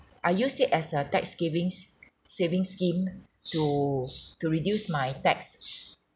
I use it as a tax givings saving scheme to to reduce my tax